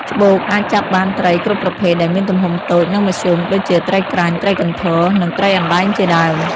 ច្បូក អាចចាប់បានត្រីគ្រប់ប្រភេទដែលមានទំហំតូច និងមធ្យម ដូចជាត្រីក្រាញ់ ត្រីកន្ធរ និងត្រីអណ្ដែងជាដើម។